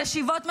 ישיבות ממשלה,